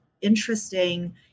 interesting